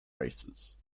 races